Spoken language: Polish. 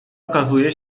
okazuje